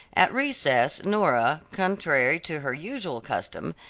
at recess nora, contrary to her usual custom,